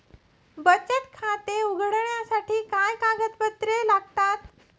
बचत खाते उघडण्यासाठी काय कागदपत्रे लागतात?